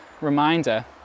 reminder